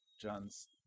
John's